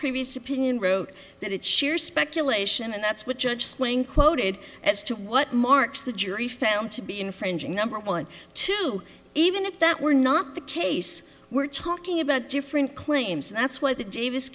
previous opinion wrote that it's sheer speculation and that's what judge splaying quoted as to what marks the jury found to be infringing number one two even if that were not the case we're talking about different claims and that's why the davis